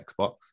Xbox